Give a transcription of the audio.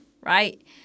right